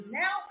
now